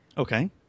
Okay